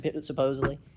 supposedly